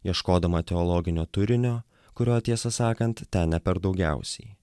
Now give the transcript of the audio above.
ieškodama teologinio turinio kurio tiesą sakant ten ne per daugiausiai